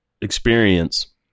experience